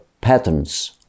patterns